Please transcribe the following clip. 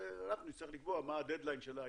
לעבוד ונצטרך לקבוע מה הדד ליין שלה.